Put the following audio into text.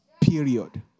Period